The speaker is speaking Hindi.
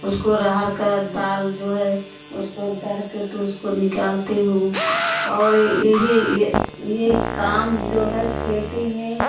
उसको अरहर का दाल जो है उसको दर के उसको निकालती हूँ और यही ये काम जो है खेती में